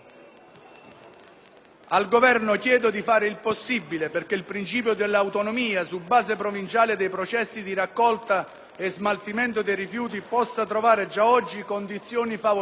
Al Governo chiedo di fare il possibile affinché il principio dell'autonomia su base provinciale dei processi di raccolta e smaltimento dei rifiuti possa trovare già oggi condizioni favorevoli.